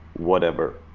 whatever.